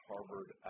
Harvard